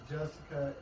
Jessica